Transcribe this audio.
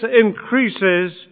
increases